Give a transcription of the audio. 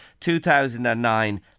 2009